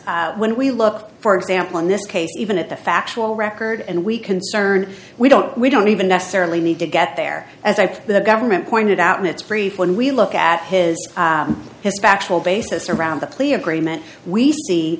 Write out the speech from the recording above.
because when we look for example in this case even at the factual record and we concern we don't we don't even necessarily need to get there as i think the government pointed out in its brief when we look at his his factual basis around the plea agreement we see